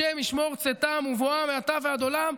השם ישמור צאתם ובואם מעתה ועד עולם.